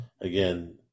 again